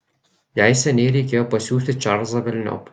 jai seniai reikėjo pasiųsti čarlzą velniop